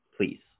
Please